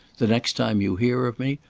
the next time you hear of me,